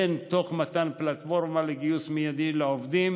הן תוך מתן פלטפורמה לגיוס מיידי של עובדים